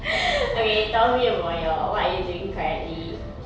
okay tell me about your what are you doing currently